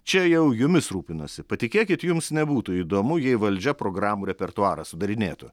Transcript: čia jau jumis rūpinuosi patikėkit jums nebūtų įdomu jei valdžia programų repertuarą sudarinėtų